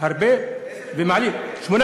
איזה 8?